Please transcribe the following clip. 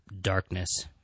darkness